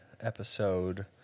episode